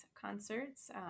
concerts